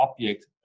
object